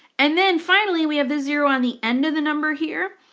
and then finally we have the zero on the end of the number here.